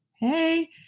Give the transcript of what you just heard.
Hey